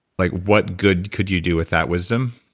like what good could you do with that wisdom?